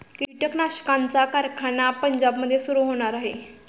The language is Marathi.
कीटकनाशकांचा कारखाना पंजाबमध्ये सुरू होणार आहे